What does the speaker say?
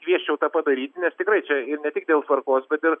kviesčiau tą padaryti nes tikrai čia ir ne tik dėl tvarkos bet ir